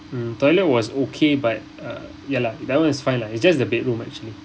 mm toilet was okay but uh ya lah that [one] is fine lah it's just the bedroom actually